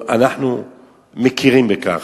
אנחנו מכירים בכך.